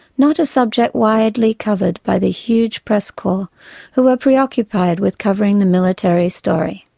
not a subject widely covered by the huge press corps who were preoccupied with covering the military story.